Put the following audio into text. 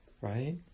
right